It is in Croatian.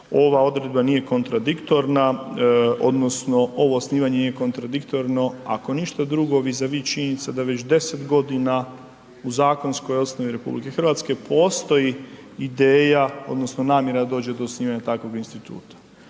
Ova odredba nije kontradiktorna odnosno ovo osnivanje nije kontradiktorno. Ako ništa drugo, vi za vi činjenica da već 10 godina u zakonskoj osnovi RH postoji ideja, odnosno namjera da dođe do osnivanja takvog instituta.